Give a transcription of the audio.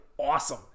awesome